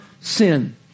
sin